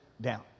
down